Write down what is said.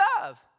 love